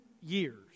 years